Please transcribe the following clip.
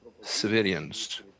civilians